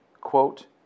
Quote